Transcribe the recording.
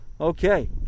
okay